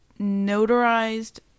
notarized